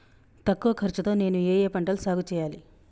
తక్కువ ఖర్చు తో నేను ఏ ఏ పంటలు సాగుచేయాలి?